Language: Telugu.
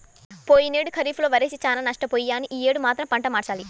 పోయినేడు ఖరీఫ్ లో వరేసి చానా నష్టపొయ్యాను యీ యేడు మాత్రం పంట మార్చాలి